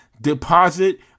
deposit